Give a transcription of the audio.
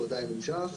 הוא עדיין נמשך.